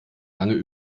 lange